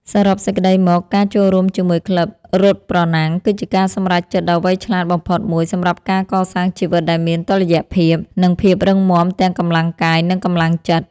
សរុបសេចក្ដីមក ការចូលរួមជាមួយក្លឹបរត់ប្រណាំង គឺជាការសម្រេចចិត្តដ៏វៃឆ្លាតបំផុតមួយសម្រាប់ការកសាងជីវិតដែលមានតុល្យភាព និងភាពរឹងមាំទាំងកម្លាំងកាយនិងកម្លាំងចិត្ត។